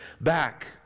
back